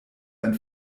ein